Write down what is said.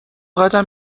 قدم